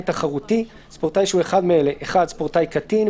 תחרותי" - ספורטאי שהוא אחד מאלה: (1)ספורטאי קטין,